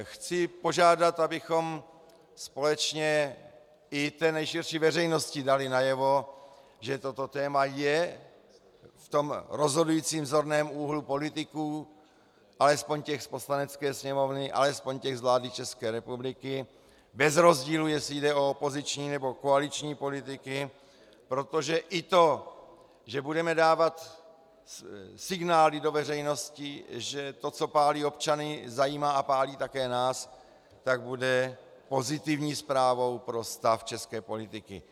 Chci požádat, abychom společně i té nejširší veřejnosti dali najevo, že toto téma je v tom rozhodujícím zorném úhlu politiků, alespoň těch z Poslanecké sněmovny, alespoň těch z vlády České republiky, bez rozdílu, jestli jde o opoziční, nebo koaliční politiky, protože i to, že budeme dávat signály do veřejnosti, že to, co pálí občany, zajímá a pálí také nás, tak bude pozitivní zprávou pro stav české politiky.